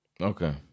Okay